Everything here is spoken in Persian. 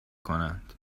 کنند